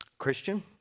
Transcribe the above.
Christian